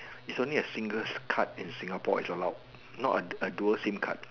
is only a singles card in Singapore is allowed not a A Dual Sim card